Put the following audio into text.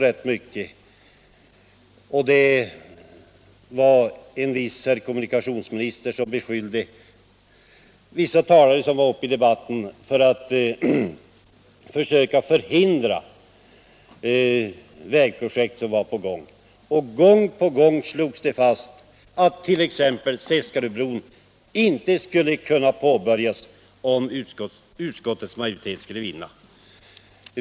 Då var det en viss kommunikationsminister som beskyllde några talare i debatten för att försöka förhindra vägprojekt som var på gång. Det slogs fast gång på gång att t.ex. Seskaröbron inte skulle kunna påbörjas om utskottets majoritet skulle vinna.